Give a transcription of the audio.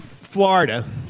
Florida